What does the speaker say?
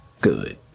good